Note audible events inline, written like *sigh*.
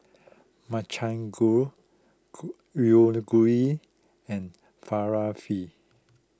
Makchang Gui *unintelligible* and Falafel